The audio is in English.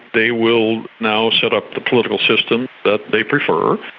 they will now set up the political system that they prefer,